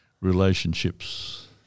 relationships